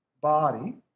body